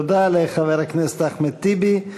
תודה לחבר הכנסת אחמד טיבי.